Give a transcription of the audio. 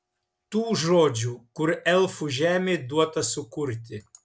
tų žodžių kur elfų žemei duota sukurti